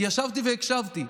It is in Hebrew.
ישבתי והקשבתי,